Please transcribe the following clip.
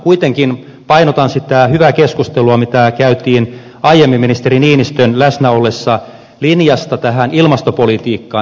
kuitenkin painotan sitä hyvää keskustelua mitä käytiin aiemmin ministeri niinistön läsnä ollessa linjasta tähän ilmastopolitiikkaan